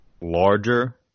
larger